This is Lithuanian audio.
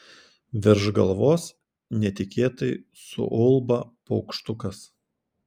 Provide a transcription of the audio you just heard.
virš galvos netikėtai suulba paukštukas